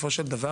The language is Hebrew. שבסופו של דבר,